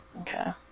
Okay